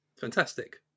Fantastic